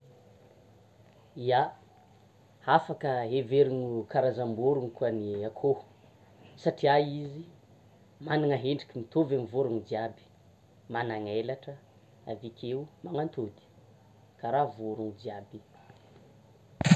Ia! Hafaka heverina ho karazam-borona koa ny akôho satria izy, manana hendrika mitôvy vôrona jiaby, manana helatra, avekeo magnantody karaha vôrona jiaby iny.